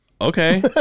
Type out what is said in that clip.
okay